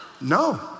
no